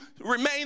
remain